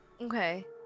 Okay